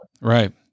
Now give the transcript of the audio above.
Right